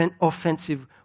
offensive